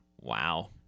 Wow